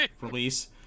release